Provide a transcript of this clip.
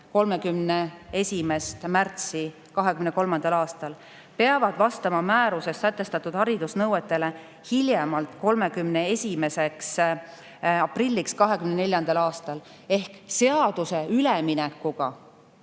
31. märtsi 2023. aastal, peavad vastama määruses sätestatud haridusnõuetele hiljemalt [1.] aprilliks 2024. aastal. Ehk seadusega